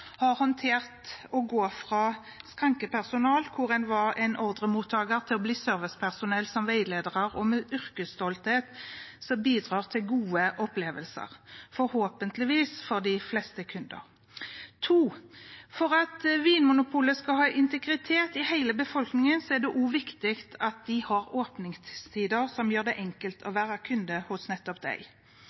har håndtert å gå fra å være skrankepersonal, hvor en var en ordremottager, til å bli servicepersonell, som veileder og med yrkesstolthet bidrar til gode opplevelser, forhåpentligvis for de fleste kunder. For det andre: For at Vinmonopolet skal ha integritet i hele befolkningen, er det også viktig at de har åpningstider som gjør det enkelt å være kunde hos nettopp